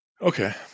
Okay